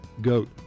goat